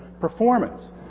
performance